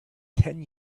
ten